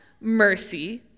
mercy